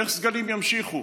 איך סגלים ימשיכו